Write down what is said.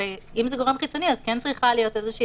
ואם זה גורם חיצוני אז כן צריכה להיות איזושהי